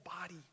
body